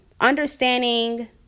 understanding